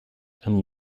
and